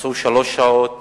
נסעו שלוש שעות